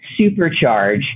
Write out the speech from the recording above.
supercharge